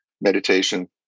meditation